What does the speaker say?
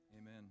Amen